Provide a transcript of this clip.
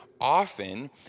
often